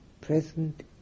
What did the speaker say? present